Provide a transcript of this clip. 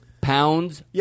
Pounds